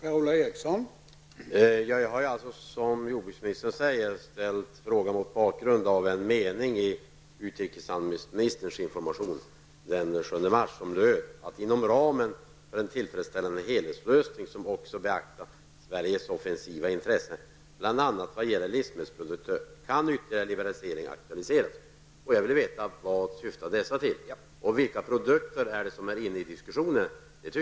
Herr talman! Jag har, som jordbruksministern säger, ställt frågan mot bakgrund av en mening i utrikeshandelsministerns information den 7 mars som löd: ''Inom ramen för en tillfredsställande helhetslösning som också beaktar Sveriges offensiva intressen -- bl.a. vad gäller livsmedelsprodukter -- kan ytterligare liberaliseringar aktualiseras.'' Jag vill veta vad dessa syftar till. Vilka produkter är det som diskussionen handlar om?